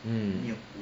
mm